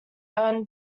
earn